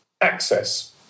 Access